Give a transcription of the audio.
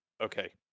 okay